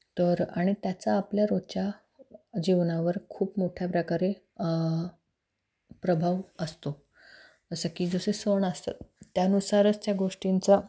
तर आणि त्याचा आपल्या रोजच्या जीवनावर खूप मोठ्या प्रकारे प्रभाव असतो जसं की जसं सण असतं त्यानुसारच त्या गोष्टींचा